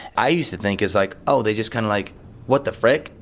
i used to think is like, oh, they just kind of like what the frick,